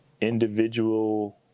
individual